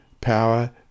power